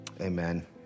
amen